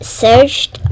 searched